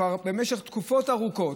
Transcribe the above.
כבר במשך תקופות ארוכות,